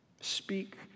Speak